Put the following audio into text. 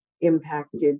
impacted